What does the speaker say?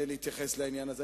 להתייחס לעניין הזה.